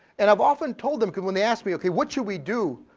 and i've often told them, cuz when they ask me, okay what should we do?